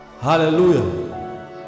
Hallelujah